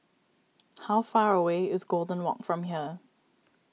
how far away is Golden Walk from here